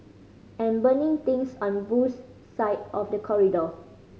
and burning things on Boo's side of the corridor